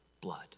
blood